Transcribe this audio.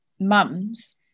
mum's